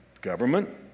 government